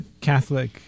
Catholic